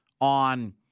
on